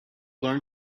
learn